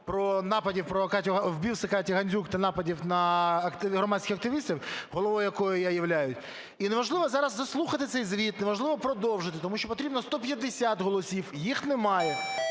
про напади… про вбивство Каті Гандзюк та нападів на громадських активістів, головою якої я являюсь. І неможливо зараз заслухати цей звіт, неможливо продовжити, тому що потрібно 150 голосів, їх немає.